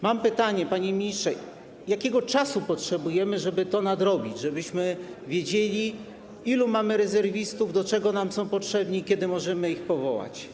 Mam pytanie, panie ministrze: Jakiego czasu potrzebujemy, żeby to nadrobić, żebyśmy wiedzieli, ilu mamy rezerwistów, do czego nam są potrzebni i kiedy możemy ich powołać?